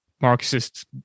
Marxists